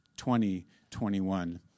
2021